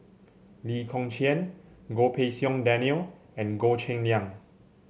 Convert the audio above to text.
Lee Kong Chian Goh Pei Siong Daniel and Goh Cheng Liang